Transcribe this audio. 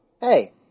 hey—